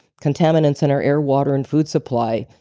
contaminants in our air, water and food supply.